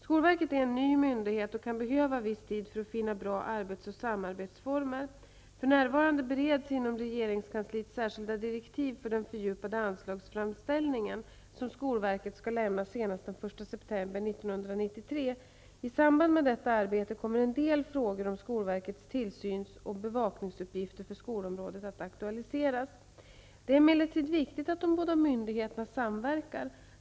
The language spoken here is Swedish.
Skolverket är en ny myndighet och kan behöva viss tid för att finna bra arbets och samarbetsformer. För närvarande bereds inom regeringskansliet särskilda direktiv för den fördjupade anslagsframställning som skolverket skall lämna senast den 1 september 1993. I samband med detta arbete kommer en del frågor om skolverkets tillsyns och bevakningsuppgifter för skolområdet att aktualiseras. Det är emellertid viktigt att de båda myndigheterna samverkar.